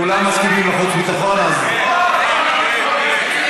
אנחנו עוברים להצעת חוק הממשלה (תיקון מס' 12)